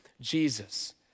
Jesus